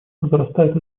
возрастает